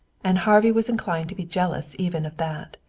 and harvey was inclined to be jealous even of that.